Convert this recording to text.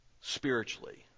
spiritually